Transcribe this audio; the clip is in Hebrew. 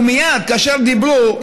מייד כאשר דיברו,